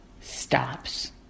stops